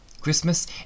Christmas